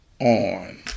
on